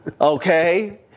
Okay